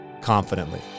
confidently